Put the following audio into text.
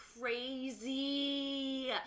crazy